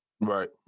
Right